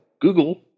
Google